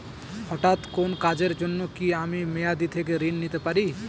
হঠাৎ কোন কাজের জন্য কি আমি মেয়াদী থেকে ঋণ নিতে পারি?